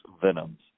venoms